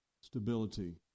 stability